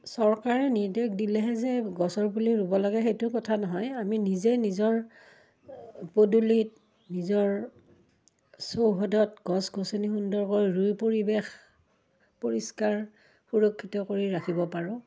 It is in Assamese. চৰকাৰে নিৰ্দেশ দিলেহে যে গছৰ পুলি ৰুব লাগে সেইটো কথা নহয় আমি নিজে নিজৰ পদূলিত নিজৰ চৌহদত গছ গছনি সুন্দৰকৈ ৰুই পৰিৱেশ পৰিষ্কাৰ সুৰক্ষিত কৰি ৰাখিব পাৰোঁ